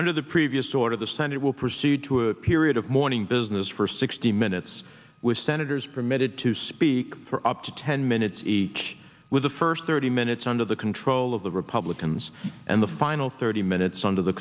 under the previous order the senate will proceed to a period of mourning business for sixty minutes with senators permitted to speak for up to ten minutes each with the first thirty minutes under the control of the republicans in the final thirty minutes under the